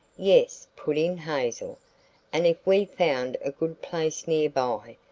yes, put in hazel and if we found a good place nearby,